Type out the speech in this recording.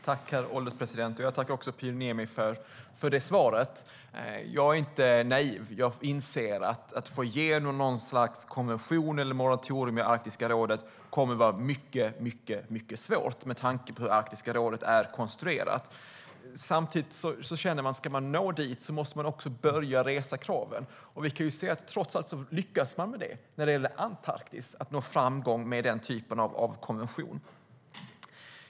Herr ålderspresident! Jag tackar Pyry Niemi för svaret. Jag är inte naiv. Jag inser att det kommer att vara mycket svårt att få igenom något slags konvention eller moratorium i Arktiska rådet, med tanke på hur Arktiska rådet är konstruerat. Samtidigt känner jag att om man ska nå dit måste man börja resa kraven. Vi kan se att trots allt lyckas man när det gäller Antarktis att nå framgång med den typen av konvention.